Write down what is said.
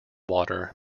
water